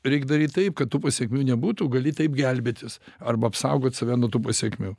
reik daryt taip kad tų pasekmių nebūtų gali taip gelbėtis arba apsaugot save nuo tų pasekmių